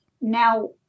Now